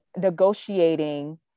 negotiating